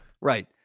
right